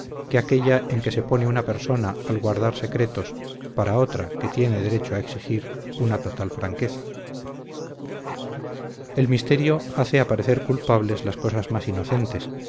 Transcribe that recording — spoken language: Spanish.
que aquélla en que se pone una persona al guardar secretos para otra que tiene derecho a exigir una total franqueza el misterio hace aparecer culpables las cosas más inocentes